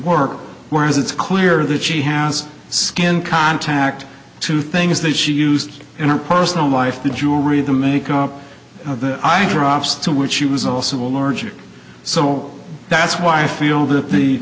work whereas it's clear that she has skin contact to thing is that she used in her personal life the jewelry the makeup the eye drops to which she was also allergic so that's why i feel that the